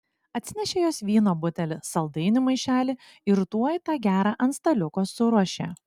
atsinešė jos vyno butelį saldainių maišelį ir tuoj tą gerą ant staliuko suruošė